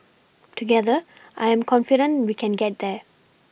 together I am confident we can get there